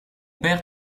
père